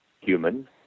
human